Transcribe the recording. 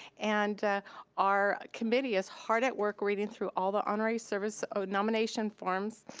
and our committee is hard at work reading through all the honorary service nomination forms,